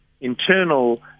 internal